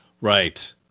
Right